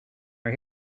are